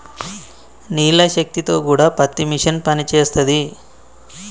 నీళ్ల శక్తి తో కూడా పత్తి మిషన్ పనిచేస్తది